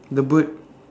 the bird